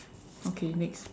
okay next